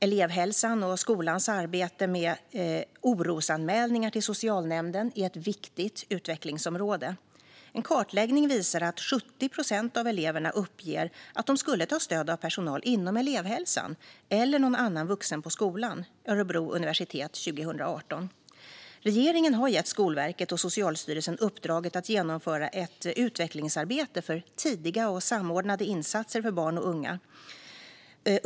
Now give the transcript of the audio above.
Elevhälsan och skolans arbete med orosanmälningar till socialnämnden är ett viktigt utvecklingsområde. En kartläggning visar att 70 procent av eleverna uppger att de skulle ta stöd av personal inom elevhälsan eller någon annan vuxen på skolan . Regeringen har gett Skolverket och Socialstyrelsen uppdraget att genomföra ett utvecklingsarbete för tidiga och samordnade insatser för barn och unga .